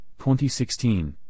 2016